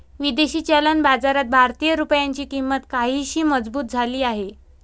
विदेशी चलन बाजारात भारतीय रुपयाची किंमत काहीशी मजबूत झाली आहे